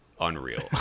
unreal